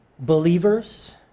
Believers